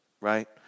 right